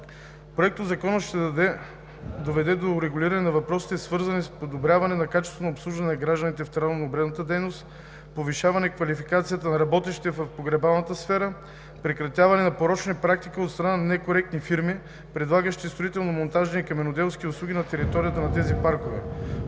Проектозаконът ще доведе до урегулиране на въпросите, свързани с подобряване на качеството на обслужване на гражданите в траурно-обредната дейност, повишаване квалификацията на работещите в погребалната сфера, прекратяване на порочни практики от страна на некоректни фирми, предлагащи строително-монтажни и каменоделски услуги на територията на тези паркове,